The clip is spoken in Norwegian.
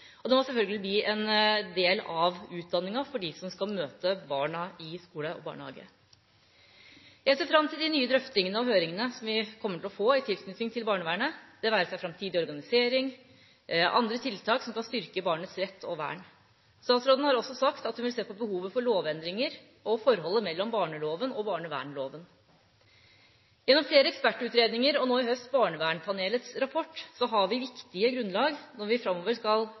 Det må selvfølgelig bli en del av utdanningen for dem som skal møte barna i skole og barnehage. Jeg ser fram til de nye drøftingene og høringene som vi kommer til å få i tilknytning til barnevernet – det være seg framtidig organisering og andre tiltak som kan styrke barnets rett og vern. Statsråden har også sagt at hun vil se på behovet for lovendringer og forholdet mellom barneloven og barnevernloven. Gjennom flere ekspertutredninger, og nå i høst Barnevernpanelets rapport, har vi viktige grunnlag når vi framover skal